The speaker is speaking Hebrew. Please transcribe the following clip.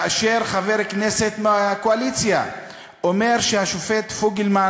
כאשר חבר כנסת מהקואליציה אומר שהשופט פוגלמן